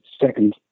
second